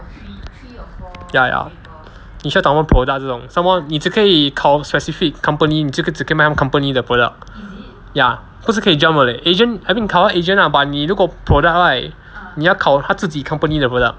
ya ya 你需要懂他们 product 这种 so 你只可以考 specific company 你只可以买那个 company 的 product ya 不是可以 jump 的 leh agent I think 考 agent lah but 你如果 product right 你要考他自己 company 的 product